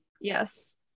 Yes